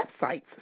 websites